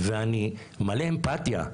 ואני מלא אמפתיה.